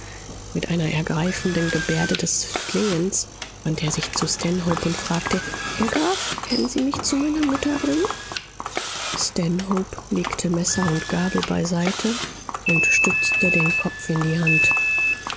mit einer ergreifenden gebärde des flehens wandte er sich zu stanhope und fragte herr graf werden sie mich zu meiner mutter bringen stanhope legte messer und gabel beiseite und stützte den kopf in die hand